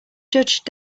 judge